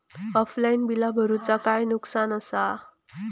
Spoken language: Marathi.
ऑफलाइन बिला भरूचा काय नुकसान आसा?